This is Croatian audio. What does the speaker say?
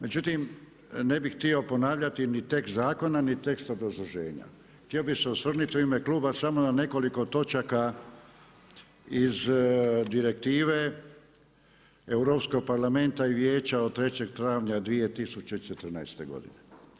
Međutim, ne bih htio ponavljati ni tekst zakona ni tekst obrazloženja, htio bi se osvrnuti u kluba samo na nekoliko točaka iz direktive Europskog parlamenta i Vijeća od 03. travnja 2014. godine.